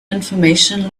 information